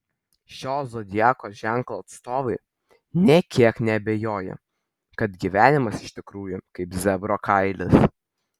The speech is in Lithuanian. šio zodiako ženklo atstovai nė kiek neabejoja kad gyvenimas iš tikrųjų kaip zebro kailis